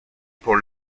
pour